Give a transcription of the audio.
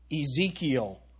Ezekiel